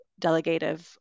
delegative